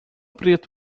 preto